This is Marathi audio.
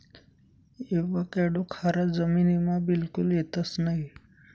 एवाकॅडो खारा जमीनमा बिलकुल येतंस नयी